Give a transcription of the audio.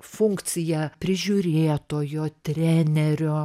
funkciją prižiūrėtojo trenerio